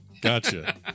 Gotcha